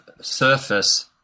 surface